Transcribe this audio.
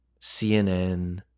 CNN